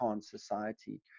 society